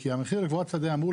כי המחיר לקבורת שדה אמור,